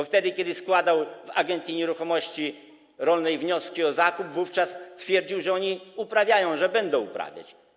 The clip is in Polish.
Bo wtedy, kiedy składał w Agencji Nieruchomości Rolnych wnioski o zakup ziemi, twierdził, że oni uprawiają, że będą ją uprawiać.